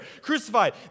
crucified